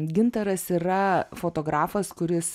gintaras yra fotografas kuris